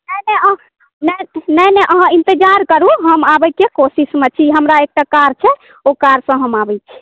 नहि नहि अहाँ नहि नहि अहाँ इन्तजार करू हम आबैके कोशिशमे छी हमरा एकटा कार छै ओ कारसँ हम आबै छी